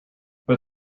but